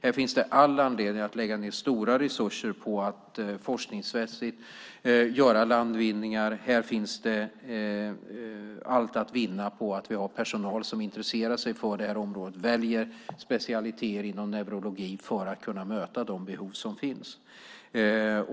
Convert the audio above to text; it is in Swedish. Här finns det all anledning att lägga stora resurser på att forskningsmässigt göra landvinningar. Vi har allt att vinna på att ha personal som intresserar sig för och väljer specialiteter inom neurologi för att kunna möta de behov som finns.